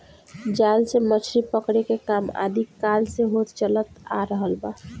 जाल से मछरी पकड़े के काम आदि काल से होत चलत आ रहल बा